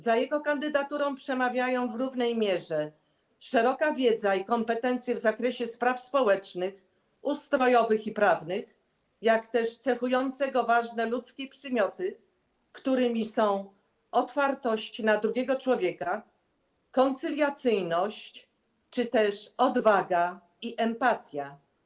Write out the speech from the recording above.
Za jego kandydaturą przemawiają w równej mierze szeroka wiedza i kompetencje w zakresie spraw społecznych, ustrojowych i prawnych, jak też cechujące go ważne ludzkie przymioty, którymi są otwartość na drugiego człowieka, koncyliacyjność czy też odwaga i empatia.